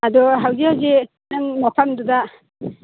ꯑꯗꯣ ꯍꯧꯖꯤꯛ ꯍꯧꯖꯤꯛ ꯅꯪ ꯃꯐꯝꯗꯨꯗ